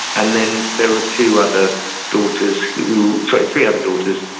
and then there were two other daughters who, sorry, three other daughters,